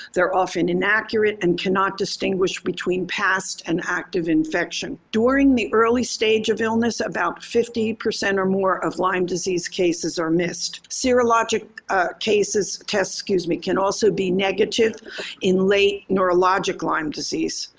they're often inaccurate and cannot distinguish between past and active infection. during the early stage of illness, about fifty percent or more of lyme disease cases are missed. serologic cases tests, excuse me, can also be negative in late neurological lyme disease.